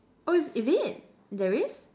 oh is is it there is